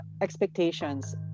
expectations